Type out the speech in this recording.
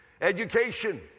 Education